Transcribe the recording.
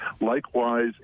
Likewise